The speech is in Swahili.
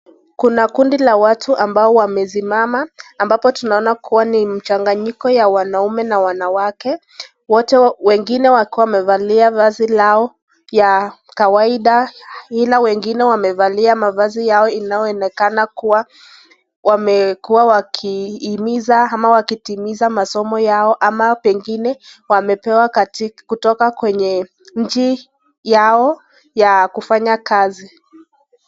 Kuna kundi la watu ambao wamesimama ambapo wamesimama kwani mchanganyiko ya wanaume na wanawake wengine wakiwa wamevalia vazi lao ya kawaida ila wengine wamevalia mavazi yao inayoonekana kuwa wamekuwa wakihimiza masomo yao ama pengine wamepewa kutoka kwenye nchi yao ya kufanya kazi.